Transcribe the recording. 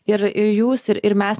ir ir jūs ir ir mes